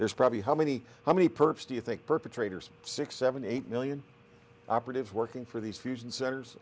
there's probably how many how many perps do you think perpetrators six seven eight million operatives working for these fusion centers